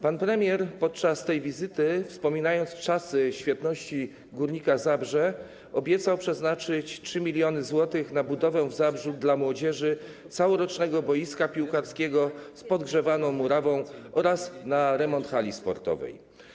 Podczas tej wizyty pan premier, wspominając czasy świetności Górnika Zabrze, obiecał przeznaczyć 3 mln zł na budowę w Zabrzu dla młodzieży całorocznego boiska piłkarskiego z podgrzewaną murawą oraz na remont hali sportowej.